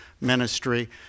ministry